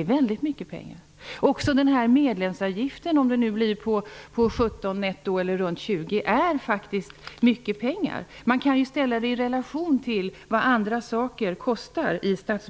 är väldigt mycket pengar. Även medlemsavgiften, om den nu blir på 17 miljarder netto eller runt 20, är faktiskt mycket pengar. Man kan ställa den i relation till vad andra saker i statsbudgeten kostar.